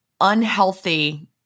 unhealthy